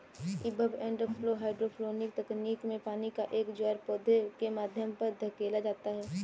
ebb and flow hydroponic तकनीक में पानी का एक ज्वार पौधे के माध्यम पर धकेला जाता है